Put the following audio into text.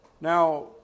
Now